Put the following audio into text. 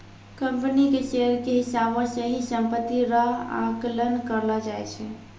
company के share के हिसाबौ से ही सम्पत्ति रो आकलन करलो जाय छै